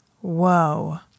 whoa